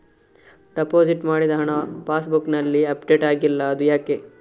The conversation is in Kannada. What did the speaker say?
ಡೆಪೋಸಿಟ್ ಮಾಡಿದ ಹಣ ಪಾಸ್ ಬುಕ್ನಲ್ಲಿ ಅಪ್ಡೇಟ್ ಆಗಿಲ್ಲ ಅದು ಯಾಕೆ?